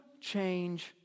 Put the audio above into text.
change